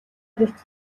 гэрт